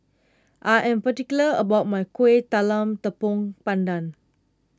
I am particular about my Kuih Talam Tepong Pandan